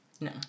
No